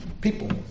people